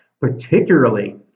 particularly